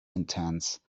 intense